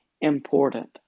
important